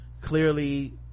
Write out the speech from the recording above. clearly